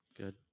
Good